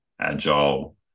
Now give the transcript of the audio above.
agile